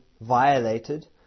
violated